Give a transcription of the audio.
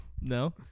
No